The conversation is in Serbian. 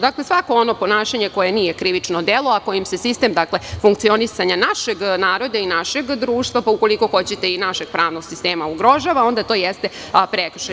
Dakle, svako ono ponašanje koje nije krivično delo, a kojim se sistem funkcionisanja našeg naroda i našeg društva, ukoliko hoćete, i našeg pravnog sistema ugrožava, onda to jeste prekršaj.